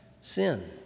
sin